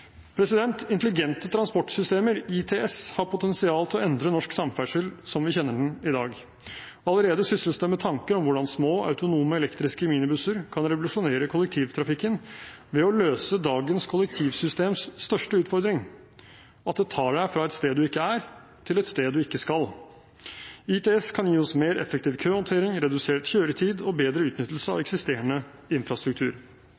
Intelligente transportsystemer, ITS, har potensial til å endre norsk samferdsel som vi kjenner den i dag. Allerede sysles det med tanker om hvordan små, autonome elektriske minibusser kan revolusjonere kollektivtrafikken ved å løse dagens kollektivsystems største utfordring – at det tar deg fra et sted du ikke er, til et sted du ikke skal. ITS kan gi oss mer effektiv køhåndtering, redusert kjøretid og bedre utnyttelse av